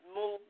move